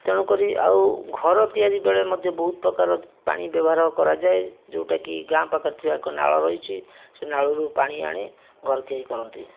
ତେଣୁକରି ଆଉ ଘର ତିଆରି ବେଳେ ମଧ୍ୟ ବହୁତ ପ୍ରକାର ପାଣି ବ୍ୟବହାର କରାଯାଏ ଯେଉଁଟାକି ଗାଁ ପାଖରେ ଥିବା ଏକ ନାଳ ରହିଛି ସେ ନାଳରୁ ପାଣି ଆଣି ଘର ତିଆରି କରନ୍ତି